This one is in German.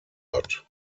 hat